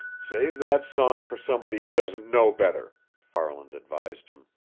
save that song for somebody who doesn't know better! farland advised him.